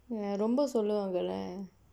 ரொம்ப சொல்லுவாங்கள:rompa solluvaangkala